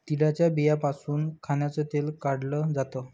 तिळाच्या बियांपासून खाण्याचं तेल काढल जात